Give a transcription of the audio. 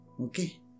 okay